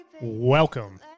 Welcome